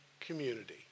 Community